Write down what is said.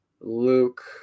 luke